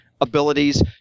Abilities